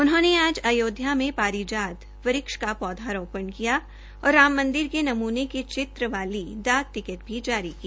उन्होंने आज अयोध्या मे पारिजात वृक्ष का पौधारोपण किया और राम मंदिर के नमूने के चित्र वाली एक डाक टिकट भी जारी की